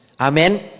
Amen